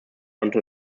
until